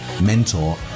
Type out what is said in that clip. mentor